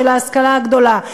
בהשכלה הגבוהה,